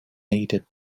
needed